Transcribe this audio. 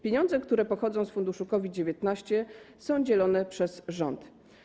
Pieniądze, które pochodzą z funduszu COVID-19, są dzielone przez rząd.